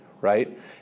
right